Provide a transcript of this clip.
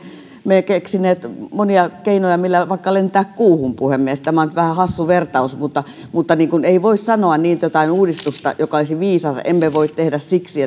me keksineet monia keinoja millä vaikka lentää kuuhun puhemies tämä on nyt vähän hassu vertaus mutta mutta ei voi sanoa niin että jotain uudistusta joka olisi viisas emme voi tehdä siksi